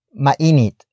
mainit